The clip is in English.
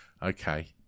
Okay